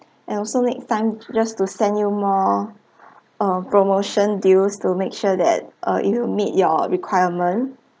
and also next time just to send you more uh promotion deals to make sure that uh it'll meet your requirement